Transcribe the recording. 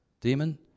Demon